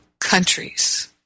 countries